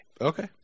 Okay